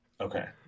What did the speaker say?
Okay